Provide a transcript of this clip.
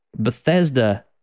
Bethesda